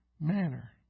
manner